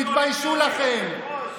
בוא נדבר על ההסכם הקואליציוני.